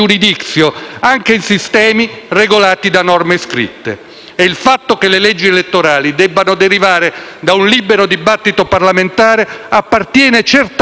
E il fatto che le leggi elettorali debbano derivare da un libero dibattito parlamentare appartiene certamente alle consuetudini della nostra storia repubblicana.